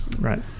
right